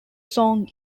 song